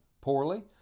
poorly